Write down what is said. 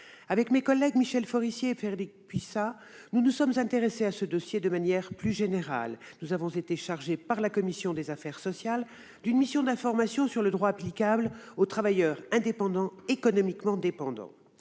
? Mes collègues Michel Forissier, Frédérique Puissat et moi-même nous sommes intéressés à ce dossier de manière plus générale : nous avons été chargés par la commission des affaires sociales d'une mission d'information sur le droit applicable aux travailleurs indépendants économiquement dépendants.